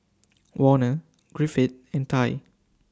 Werner Griffith and Tye